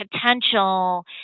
potential